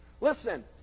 listen